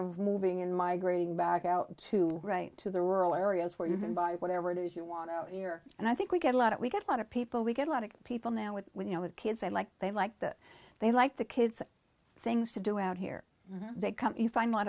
of moving in migrating back out to right to the rural areas where you can buy whatever it is you want to hear and i think we get a lot of we got a lot of people we get a lot of people now with you know with kids and like they like that they like the kids things to do out here and they come you find a lot